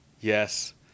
Yes